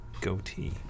goatee